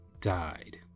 died